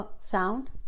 sound